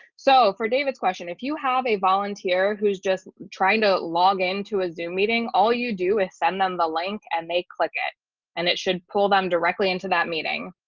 so for david's question, if you have a volunteer who's just trying to log into a zoom meeting, all you do is send them the link and they click it and it should pull them directly into that meeting.